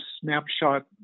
snapshot